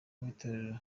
w’itorero